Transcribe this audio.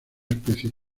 especie